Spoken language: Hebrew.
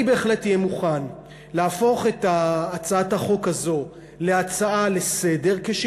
אני בהחלט אהיה מוכן להפוך את הצעת החוק הזאת להצעה לסדר-היום,